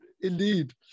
Indeed